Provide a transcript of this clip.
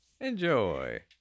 Enjoy